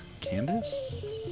Candace